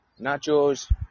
nachos